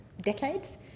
decades